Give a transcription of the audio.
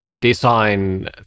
design